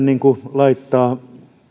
laittaa vastakkain